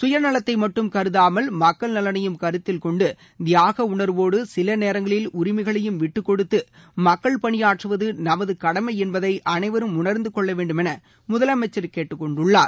கயநலத்தை மட்டும் கருதாமல் மக்கள் நலனையும் கருத்தில் கொண்டு தியாக உணா்வோடு சில நேரங்களில் உரிமைகளையும் விட்டுக்கொடுத்து மக்கள் பனியாற்றுவது நமது கடமை என்பதை அனைவரும் உணர்ந்து கொள்ள வேண்டும் என முதலமைச்சர் கேட்டுக்கொண்டுள்ளார்